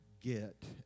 get